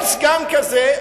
כל סגן כזה,